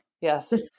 Yes